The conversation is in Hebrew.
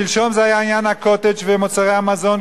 שלשום זה היה עניין ה"קוטג'" ומוצרי המזון,